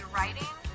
writing